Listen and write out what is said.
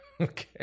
Okay